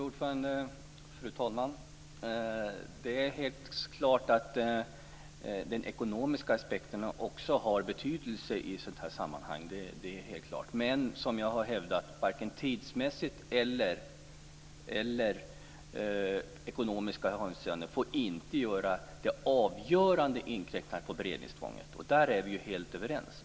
Fru talman! Det är helt klart att den ekonomiska aspekten också har betydelse i sådant här sammanhang. Men som jag har hävdat får varken tidsmässiga eller ekonomiska hänsynstaganden vara avgörande för inkräktandet av beredningstvånget. Där är vi helt överens.